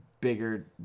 bigger